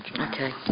Okay